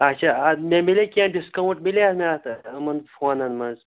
اَچھا اَدٕ مےٚ میلا کیٚنٛہہ ڈِسکاوُنٛٹ میلا مےٚ اَتھ یِمَن فونَن منٛز